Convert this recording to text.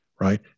right